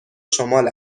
شمال